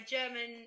German